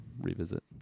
revisit